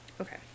Okay